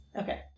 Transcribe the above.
Okay